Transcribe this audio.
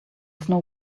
snow